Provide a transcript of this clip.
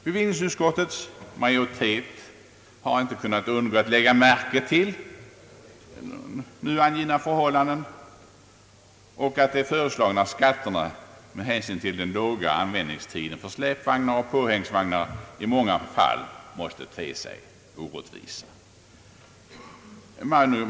Bevillningsutskottets majoritet har inte kunnat undgå att lägga märke till nu angivna förhållanden och att de föreslagna skatterna med hänsyn till den låga användningstiden för släpvagnar och påhängsvagnar i många fall måste te sig orättvisa.